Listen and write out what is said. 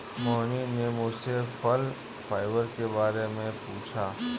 मोहिनी ने मुझसे फल फाइबर के बारे में पूछा